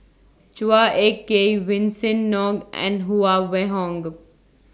Chua Ek Kay Vincent Ng and Huang Wenhong